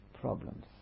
problems